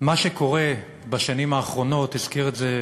מה שקורה בשנים האחרונות, והזכיר את זה,